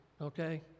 okay